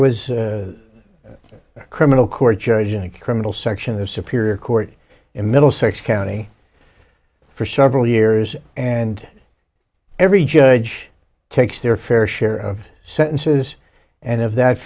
was a criminal court judge in a criminal section of superior court in middlesex county for several years and every judge takes their fair share of sentences and of that